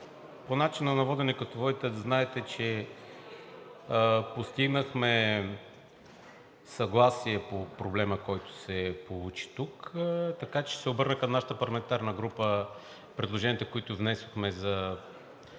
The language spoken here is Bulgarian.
По начина на водене. Като водите, да знаете, че постигнахме съгласие по проблема, който се получи тук, така че ще се обърна към нашата парламентарна група: предложенията, които внесохме, да